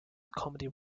comedy